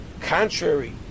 Contrary